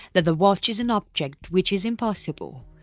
that the watch is an object which is impossible.